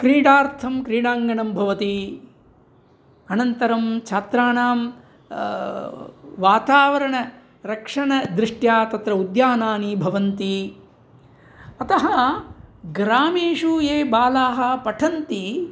क्रीडार्थं क्रीडाङ्गणं भवति अनन्तरं छात्राणां वातावरणरक्षणदृष्ट्या तत्र उद्यानानि भवन्ति अतः ग्रामेषु ये बालाः पठन्ति